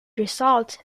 result